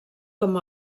com